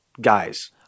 guys